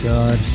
God